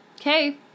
okay